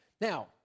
Now